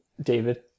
David